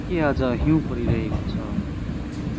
के आज हिउँ परिरहेको छ